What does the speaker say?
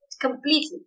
completely